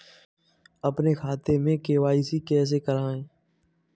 अपने खाते में के.वाई.सी कैसे कराएँ?